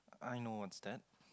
I know what's that